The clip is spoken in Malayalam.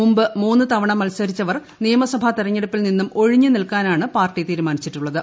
മുമ്പ് മൂന്ന് തവണ മത്സരിച്ചവർ നിയമസഭാ തെരഞ്ഞെടുപ്പിൽ നിന്നും ഒഴിഞ്ഞു നിൽക്കാനാണ് പാർട്ടി തീരുമാനിച്ചിട്ടുള്ളത്